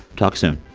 talk soon